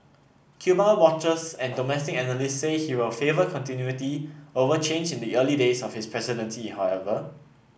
Cuba watchers and domestic analysts say he will favour continuity over change in the early days of his presidency however